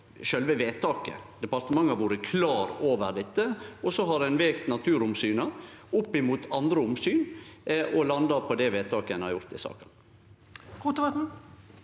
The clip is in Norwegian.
sjølve vedtaket. Departementet har vore klar over dette, og så har ein vege naturomsyna opp mot andre omsyn og landa på det vedtaket ein har gjort i saka.